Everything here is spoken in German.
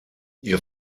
ihr